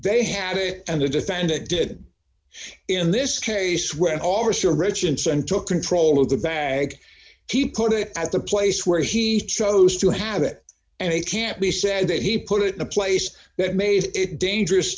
they had it and the defendant did in this case where an officer richardson took control d of the bag he put it at the place where he chose to have it and it can't be said that he put it in a place that made it dangerous